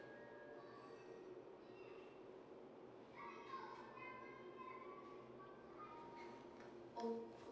oh